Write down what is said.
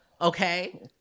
Okay